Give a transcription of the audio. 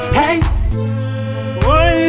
hey